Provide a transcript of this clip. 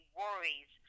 worries